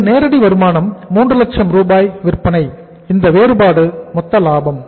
இது நேரடி வருமானம் 3 லட்சம் ரூபாய் விற்பனை இந்த வேறுபாடு மொத்த லாபம்